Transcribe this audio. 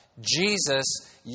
Jesus